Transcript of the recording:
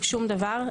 שום דבר.